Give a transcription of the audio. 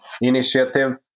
initiative